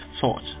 thought